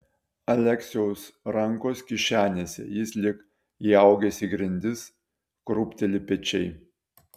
aleksiaus rankos kišenėse jis lyg įaugęs į grindis krūpteli pečiai